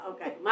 Okay